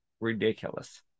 Ridiculous